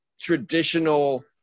traditional